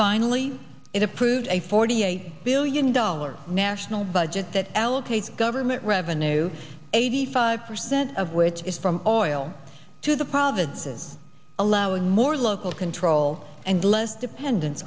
finally it approved a forty eight billion dollars national budget that allocates government revenue eighty five percent of which is from oil to the provinces allowing more local control and less dependence